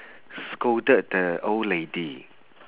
scolded the old lady